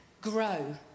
grow